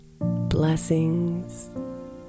Blessings